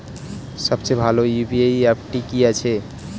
সবচেয়ে ভালো ইউ.পি.আই অ্যাপটি কি আছে?